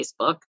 Facebook